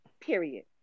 Period